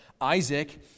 Isaac